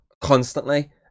constantly